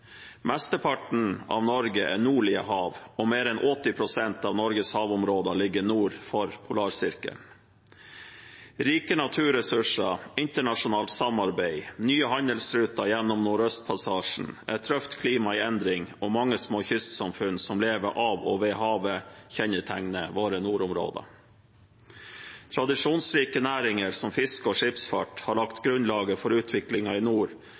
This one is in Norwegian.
Mesteparten av Norge er nordlige hav, og mer enn 80 pst. av Norges havområder ligger nord for polarsirkelen. Rike naturressurser, internasjonalt samarbeid, nye handelsruter gjennom Nordøstpassasjen, et røft klima i endring og mange små kystsamfunn som lever av og ved havet, kjennetegner våre nordområder. Tradisjonsrike næringer som fiske og skipsfart har lagt grunnlaget for utviklingen i nord